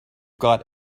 got